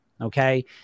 Okay